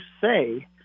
say